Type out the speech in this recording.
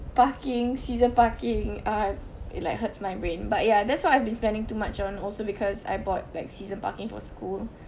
parking season parking ah it like hurts my brain but yeah that's what I've been spending too much on also because I bought like season parking for school